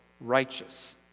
righteous